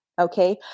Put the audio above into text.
Okay